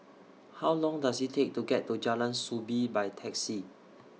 How Long Does IT Take to get to Jalan Soo Bee By Taxi